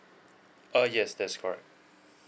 uh yes that's correct